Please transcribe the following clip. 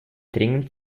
dringend